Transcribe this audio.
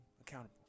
accountable